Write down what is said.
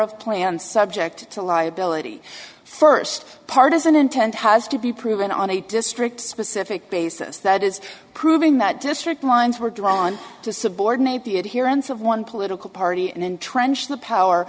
of planned subject to liability first partisan intent has to be proven on a district specific basis that is proving that district lines were drawn to subordinate the adherence of one political party and entrenched the power